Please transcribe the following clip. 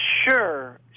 Sure